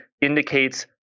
indicates